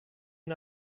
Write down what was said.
ihn